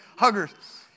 huggers